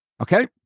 Okay